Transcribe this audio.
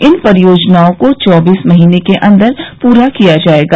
इन परियोजनाओं को चौबीस महीनों के अन्दर परा किया जायेगा